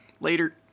Later